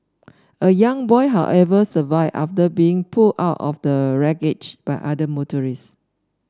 a young boy however survived after being pulled out of the wreckage by other motorists